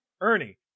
Ernie